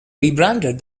rebranded